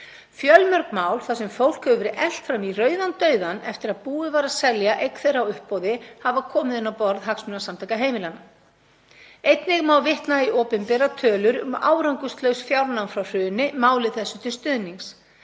Fjölmörg mál, þar sem fólk hefur verið elt fram í rauðan dauðann eftir að búið var að selja eign þess á uppboði, hafa komið inn á borð Hagsmunasamtaka heimilanna. Einnig má vitna í opinberar tölur um árangurslaus fjárnám frá hruni máli þessu til stuðnings